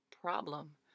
problem